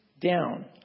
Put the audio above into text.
down